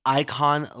icon